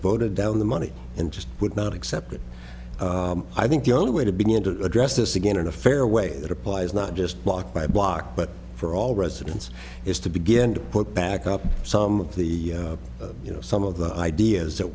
voted down the money and just would not accept it i think the only way to begin to address this again in a fair way that applies not just block by block but for all residents is to begin to put back up some of the you know some of the ideas that